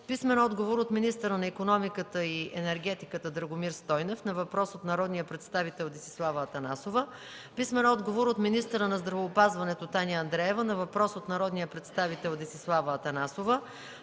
Атанасова; - от министъра на икономиката и енергетиката Драгомир Стойнев на въпрос от народния представител Десислава Атанасова; - от министъра на здравеопазването Таня Андреева на въпрос от народния представител Десислава Атанасова;